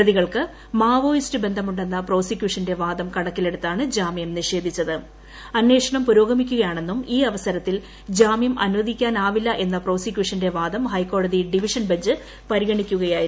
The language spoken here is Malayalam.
പ്രതികൾക്ക് മാവോയിസ്റ്റ് ബ്ന്ധമുന്നെ പ്രോസിക്യൂഷന്റെ വാദം കണക്കിലെടുത്താണ് പുരോഗമിക്കുകയാണെന്നും ഈ അവസരത്തിൽ ജാമ്യം അനുവദിക്കാനാവില്ല എന്ന പ്രോസിക്യൂഷന്റെ വാദം ഹൈക്കോടതി ഡിവിഷൻ ബഞ്ച് പരിഗണിക്കുകയായിരുന്നു